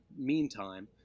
meantime